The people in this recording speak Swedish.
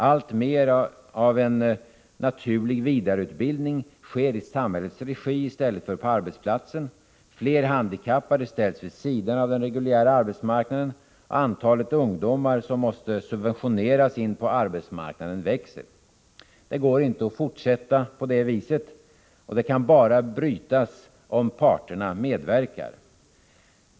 Alltmer av en naturlig vidareutbildning sker i samhällets regi i stället för på arbetsplatsen. Fler handikappade ställs vid sidan av den reguljära arbetsmarknaden. Antalet ungdomar som måste subventioneras in på arbetsmarknaden ökar. Det går inte att fortsätta på det viset. Trenden kan brytas bara genom att parterna medverkar.